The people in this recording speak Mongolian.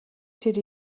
тэр